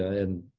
and